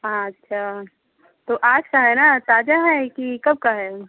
आच्छा तो आज का हैना ताजा है कि कब का है